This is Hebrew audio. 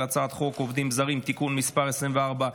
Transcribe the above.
הצעת חוק עובדים זרים (תיקון מס' 24),